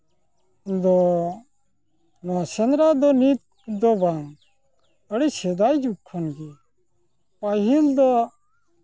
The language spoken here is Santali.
ᱫᱚ ᱱᱚᱜᱼᱚᱸᱭ ᱥᱮᱸᱫᱽᱨᱟ ᱫᱚ ᱱᱤᱛ ᱫᱚ ᱵᱟᱝ ᱟᱹᱰᱤ ᱥᱮᱫᱟᱭ ᱡᱩᱜᱽ ᱠᱷᱱ ᱜᱮ ᱯᱟᱹᱦᱤᱞ ᱫᱚ